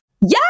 Yes